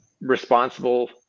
responsible